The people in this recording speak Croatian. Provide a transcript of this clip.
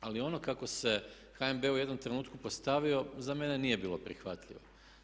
Ali ono kako se HNB u jednom trenutku postavio za mene nije bilo prihvatljivo.